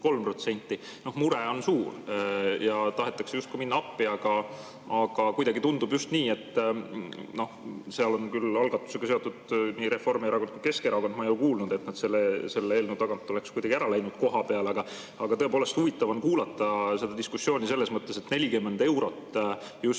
63%. Mure on suur ja tahetakse justkui appi minna, aga kuidagi tundub just nii, et seal on küll algatusega seotud nii Reformierakond kui Keskerakond. Ma ei ole kuulnud, et nad selle eelnõu tagant oleks kuidagi ära läinud kohapeal, aga tõepoolest huvitav on kuulata seda diskussiooni selles mõttes, et 40 eurot justkui